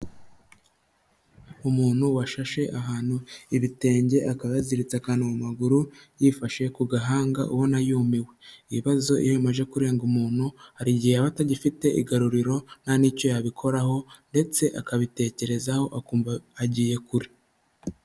Umuntu washashe ahantu ibitenge, akaba yaziritse akantu mu maguru, yifashe ku gahanga ubona yumiwe, ibibazo iyo bimaje kurenga umuntu, hari igihe aba atagifite igaruriro nta n'icyo yabikoraho ndetse akabitekerezaho akumva agiye kure.